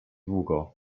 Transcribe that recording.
długo